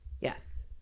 Yes